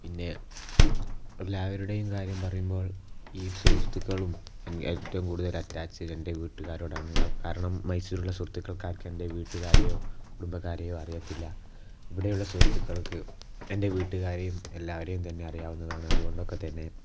പിന്നെ എല്ലാവരുടെയും കാര്യം പറയുമ്പോൾ ഈ സുഹൃത്തുക്കളും ഏറ്റവും കൂടുതൽ അറ്റാച്ച് എൻ്റെ വീട്ടുകാരോടാണ് കാരണം മൈസൂരുള്ള സുഹ്രുത്തുക്കൾക്കാർക്കും എൻ്റെ വീട്ടുകാരെയോ കുടുംബക്കാരെയോ അറിയത്തില്ല ഇവിടെയുള്ള സുഹൃത്തുക്കൾക്ക് എൻ്റെ വീട്ടുകാരെയും എല്ലാവരെയും തന്നെ അറിയാവുന്നതാണ് അതുകൊണ്ടൊക്കെത്തന്നെ